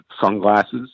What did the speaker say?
sunglasses